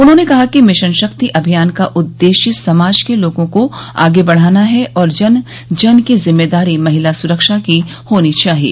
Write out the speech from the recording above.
उन्होंने कहा कि मिशन शक्ति अमियान का उददेश्य समाज के लोगों को आगे बढ़ाना है और जन जन की जिम्मेदारी महिला सुरक्षा की होनी चाहिए